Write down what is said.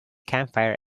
campfire